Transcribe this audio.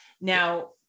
Now